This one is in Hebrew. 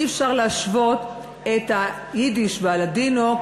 אי-אפשר להשוות את היידיש והלדינו,